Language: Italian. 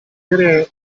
bere